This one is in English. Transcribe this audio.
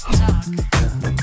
talk